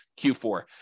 Q4